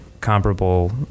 comparable